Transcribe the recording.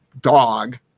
dog